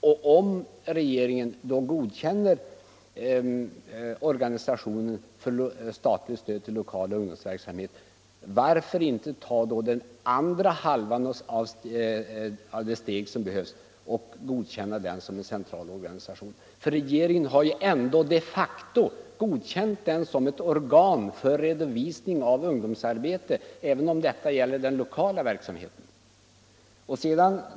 Och om regeringen godkänner organisationen som förmed = detstatliga stödet till lingsorgan för statligt stöd till lokal ungdomsverksamhet, varför då inte ungdomsorganisaockså ta den andra halvan av det steg som behövs och godkänna den = tionernas centrala som en central organisation? Regeringen har ju ändå de facto godkänt verksamhet organisationen som ett organ för redovisning av ungdomsarbete, även om detta gäller enbart den lokala verksamheten.